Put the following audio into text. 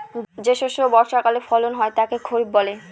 যে শস্য জমিতে বর্ষাকালে ফলন হয় তাকে খরিফ বলে